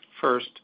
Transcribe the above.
First